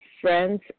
friends